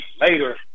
later